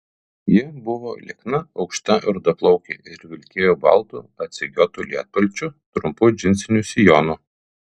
ji buvo liekna aukšta rudaplaukė ir vilkėjo baltu atsegiotu lietpalčiu trumpu džinsiniu sijonu